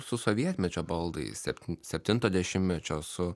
su sovietmečio baldais sep septinto dešimtmečio su